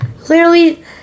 Clearly